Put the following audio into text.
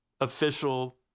official